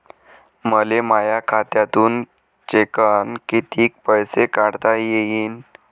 मले माया खात्यातून चेकनं कितीक पैसे काढता येईन?